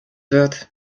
wird